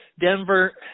Denver